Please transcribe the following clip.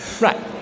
Right